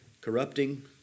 corrupting